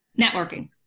Networking